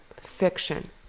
fiction